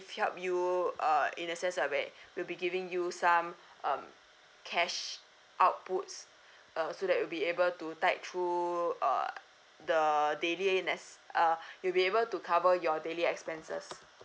help you uh in a sense like where we'll be giving you some um cash outputs err so that you'll be able to tide through uh the daily necc~ uh you'll be able to cover your daily expenses